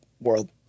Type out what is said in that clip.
world